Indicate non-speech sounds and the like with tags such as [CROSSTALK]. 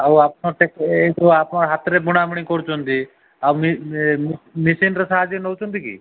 ଆଉ ଆପଣ [UNINTELLIGIBLE] ଏ ଯେଉଁ ଆପଣ ହାତରେ ବୁଣାବୁଣି କରୁଛନ୍ତି ଆଉ ମେସିନ୍ର ସାହାଯ୍ୟ ନେଉଛନ୍ତି କି